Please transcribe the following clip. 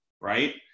right